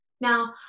Now